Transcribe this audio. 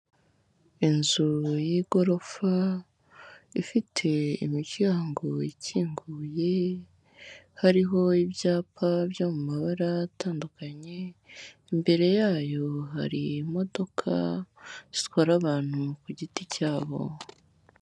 Inzu y'igorofa, ifite imiryango ikinguye, hariho ibyapa byo mu mabara atandukanye, imbere yayo hari imodoka, zitwara abantu ku giti cyabo.